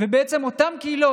ובעצם אותן קהילות,